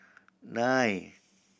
nine